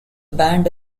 band